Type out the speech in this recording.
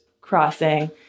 crossing